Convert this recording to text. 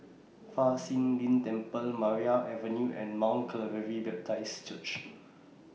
Fa Shi Lin Temple Maria Avenue and Mount Calvary Baptist Church